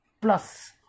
plus